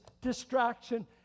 distraction